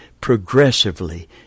progressively